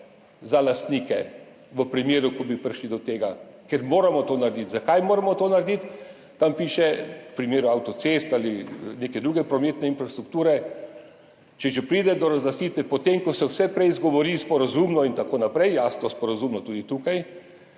za lastnike v primeru, ko bi prišli do tega, ker moramo to narediti. Zakaj moramo to narediti? Tam piše, v primeru avtocest ali neke druge prometne infrastrukture, če že pride do razlastitve, potem ko se vse prej izgovori, sporazumno in tako naprej, jasno sporazumno tudi tukaj,